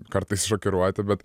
kartais šokiruoti bet